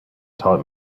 taught